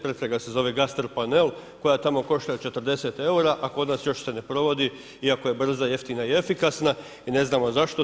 Pretraga se zove gastropanel koja tamo košta 40 eura, a kod nas još se ne provodi, iako je brza, jeftina i efikasna i ne znamo zašto to.